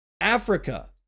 Africa